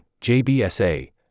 JBSA